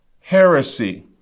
heresy